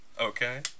Okay